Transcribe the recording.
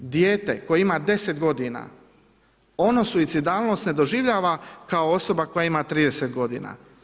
Dijete koje ima 10 godina, ono suicidalnost ne doživljava kao osoba koja ima 30 godina.